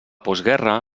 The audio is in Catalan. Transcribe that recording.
postguerra